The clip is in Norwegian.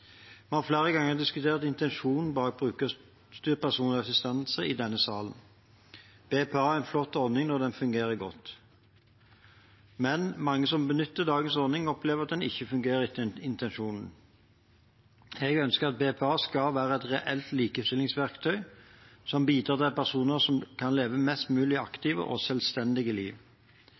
Vi har flere ganger diskutert intensjonen bak brukerstyrt personlig assistanse i denne salen. BPA er en flott ordning når den fungerer godt, men mange som benytter dagens ordning, opplever at den ikke fungerer etter intensjonen. Jeg ønsker at BPA skal være et reelt likestillingsverktøy som bidrar til at personer kan leve mest mulig aktive og selvstendige liv.